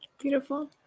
Beautiful